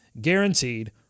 guaranteed